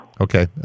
Okay